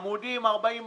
עמודים 40,